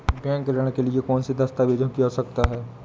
Bank ऋण के लिए कौन से दस्तावेजों की आवश्यकता है?